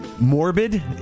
morbid